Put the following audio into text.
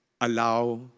allow